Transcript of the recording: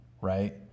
right